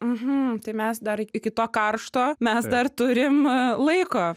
mhm tai mes dar iki to karšto mes dar turim laiko